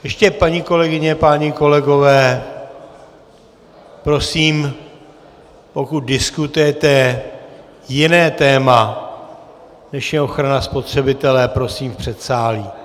Ještě paní kolegyně, páni kolegové, prosím, pokud diskutujete jiné téma, než je ochrana spotřebitele, prosím v předsálí.